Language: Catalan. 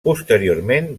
posteriorment